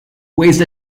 waged